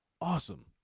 awesome